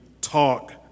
talk